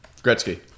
Gretzky